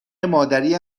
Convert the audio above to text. مادری